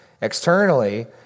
Externally